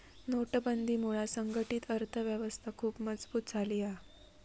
नोटबंदीमुळा संघटीत अर्थ व्यवस्था खुप मजबुत झाली हा